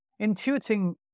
intuiting